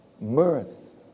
mirth